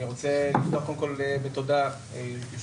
אני רוצה לפתוח קודם כל בתודה ליושב-ראש